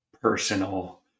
personal